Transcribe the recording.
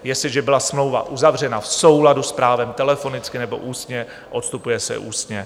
Jestliže byla smlouva uzavřena v souladu s právem telefonicky nebo ústně, odstupuje se ústně.